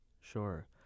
Sure